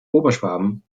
oberschwaben